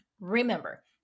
remember